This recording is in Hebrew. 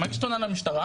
מגיש תלונה במשטרה,